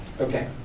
Okay